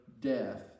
death